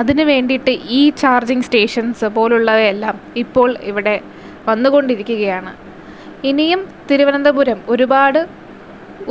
അതിനുവേണ്ടിയിട്ട് e charging stations പോലുള്ളവയെല്ലാം ഇപ്പോൾ ഇവിടെ വന്നുകൊണ്ടിരിക്കുകയാണ് ഇനിയും തിരുവനന്തപുരം ഒരുപാട്